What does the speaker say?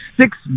six